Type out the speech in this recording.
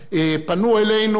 פנו אלינו,